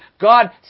God